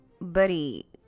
Buddy